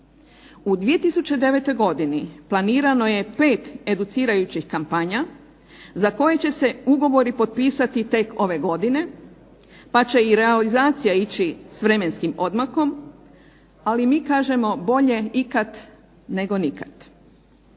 U 2009. godini planirano je 5 educirajućih kampanja za koje će se ugovori potpisati tek ove godine, pa će i realizacija ići s vremenskim odmakom. Ali mi kažemo bolje ikad nego nikad.